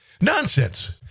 Nonsense